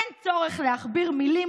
אין צורך להכביר מילים,